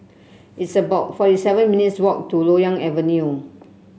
it's about forty seven minutes' walk to Loyang Avenue